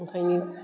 ओंखायनो